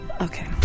Okay